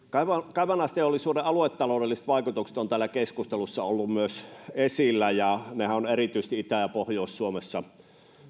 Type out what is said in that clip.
kaivannaisteollisuuden aluetaloudelliset vaikutukset ovat täällä keskustelussa olleet myös esillä ja nehän ovat erityisesti itä ja pohjois suomessa